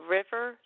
River